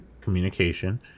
communication